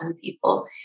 people